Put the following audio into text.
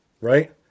right